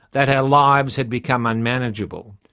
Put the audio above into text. that our lives had become unmanageable.